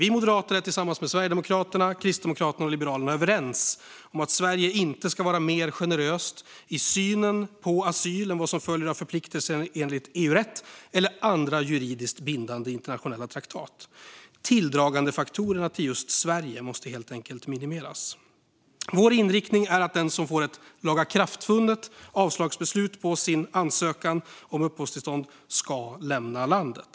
Vi moderater är tillsammans med Sverigedemokraterna, Kristdemokraterna och Liberalerna överens om att Sverige inte ska vara mer generöst i synen på asyl än vad som följer som förpliktelser enligt EU-rätt eller andra juridiskt bindande internationella traktater. Tilldragandefaktorerna till just Sverige måste helt enkelt minimeras. Vår inriktning är att den som får ett lagakraftvunnet avslagsbeslut på sin ansökan om uppehållstillstånd ska lämna landet.